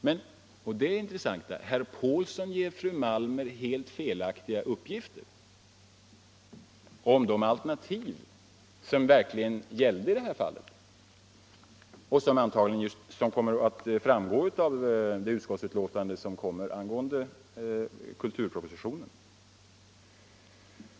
Men — och det är intressant — herr Pålsson ger fru Malmer helt felaktiga upplysningar om de alternativ som verkligen gäller vilket antagligen kommer att framgå av det utskottsbetänkande som kommer angående kulturpropositionen.